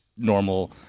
normal